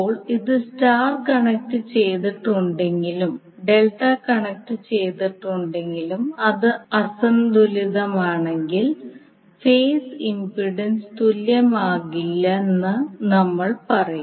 ഇപ്പോൾ ഇത് സ്റ്റാർ കണക്റ്റുചെയ്തിട്ടുണ്ടെങ്കിലും ഡെൽറ്റ കണക്റ്റുചെയ്തിട്ടുണ്ടെങ്കിലും അത് അസന്തുലിതമാണെങ്കിൽ ഫേസ് ഇംപെഡൻസ് തുല്യമാകില്ലെന്ന് നമ്മൾ പറയും